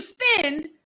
spend